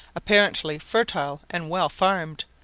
apparently fertile and well farmed,